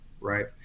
right